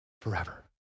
forever